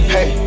Hey